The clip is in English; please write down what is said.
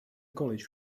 college